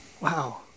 Wow